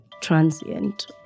transient